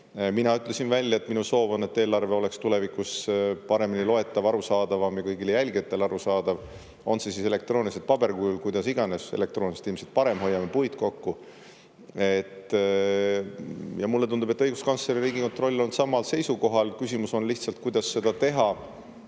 mina ütlesin välja, et minu soov on, et eelarve oleks tulevikus paremini loetav, arusaadavam ja kõigile jälgijatele arusaadav, on see siis elektrooniliselt, paberkujul, kuidas iganes; elektrooniliselt ilmselt parem, hoiame puid kokku. Ja mulle tundub, et õiguskantsler ja Riigikontroll on samal seisukohal, küsimus on lihtsalt, kuidas seda teha.